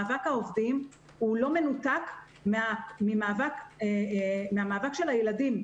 מאבק העובדים לא מנותק מן המאבק של הילדים,